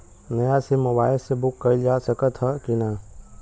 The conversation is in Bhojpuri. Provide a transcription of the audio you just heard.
नया सिम मोबाइल से बुक कइलजा सकत ह कि ना?